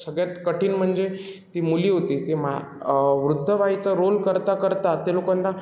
सगळ्यात कठीण म्हणजे ती मुली होती ती महा वृद्ध बाईचा रोल करता करता त्या लोकांना